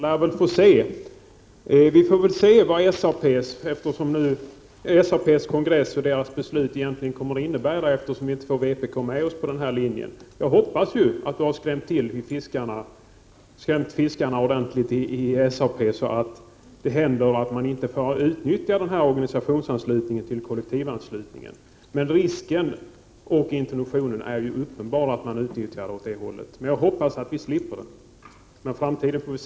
Fru talman! Den som lever lär väl få se. Vi får väl se vad SAP:s beslut egentligen kommer att innebära, eftersom vi inte får vpk med oss på vår linje. Jag hoppas att Lars-Ove Hagberg har skrämt fiskarna i SAP ordentligt, så att man inte utnyttjar den här organisationsanslutningen som en kollektivanslutning. Men riskerna och intentionerna att man utnyttjar den på detta sätt är uppenbara. Jag hoppas att vi slipper detta, men det får framtiden utvisa.